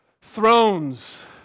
thrones